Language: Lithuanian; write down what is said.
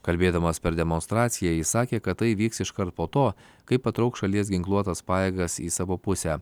kalbėdamas per demonstraciją jis sakė kad tai įvyks iškart po to kai patrauks šalies ginkluotas pajėgas į savo pusę